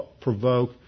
provoke